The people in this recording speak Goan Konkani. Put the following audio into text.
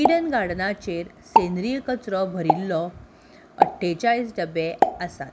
इडन गार्डनाचेर सेंद्रीय कचरो भरिल्लो अठ्ठेचाळीस डबे आसात